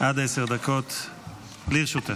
עד עשר דקות לרשותך.